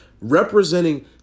representing